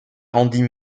rendit